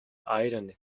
iran